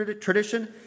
tradition